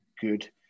good